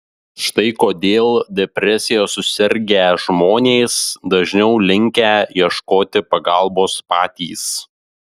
štai kodėl depresija susirgę žmonės dažniau linkę ieškoti pagalbos patys